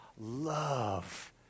love